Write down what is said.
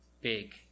big